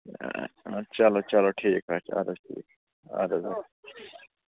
چلو چلو ٹھیٖک حظ چھِ اَدٕ حظ ٹھیٖک چھِ آدٕ حظ